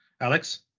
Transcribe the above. Alex